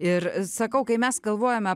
ir sakau kai mes galvojame